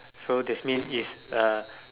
so that means it's uh